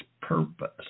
purpose